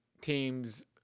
teams